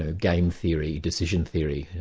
ah game theory, decision theory,